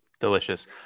Delicious